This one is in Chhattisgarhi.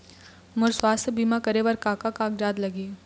मोर स्वस्थ बीमा करे बर का का कागज लगही?